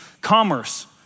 commerce